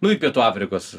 nu į pietų afrikos